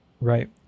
right